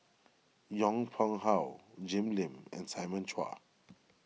Yong Pung How Jim Lim and Simon Chua